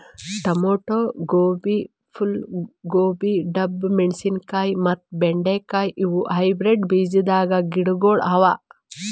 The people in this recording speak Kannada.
ಟೊಮೇಟೊ, ಗೋಬಿ, ಫೂಲ್ ಗೋಬಿ, ಡಬ್ಬು ಮೆಣಶಿನಕಾಯಿ ಮತ್ತ ಬೆಂಡೆ ಕಾಯಿ ಇವು ಹೈಬ್ರಿಡ್ ಬೀಜದ್ ಗಿಡಗೊಳ್ ಅವಾ